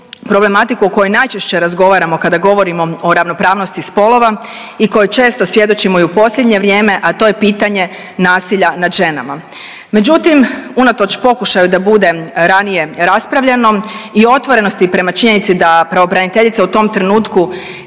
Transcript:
problematiku o kojoj najčešće razgovaramo kada govorimo o ravnopravnosti spolova i kojoj često svjedočimo i u posljednje vrijeme, a to je pitanje nasilja nad ženama. Međutim, unatoč pokušaju da bude ranije raspravljeno i otvorenosti prema činjenici da pravobraniteljica u tom trenutku